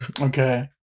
Okay